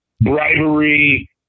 bribery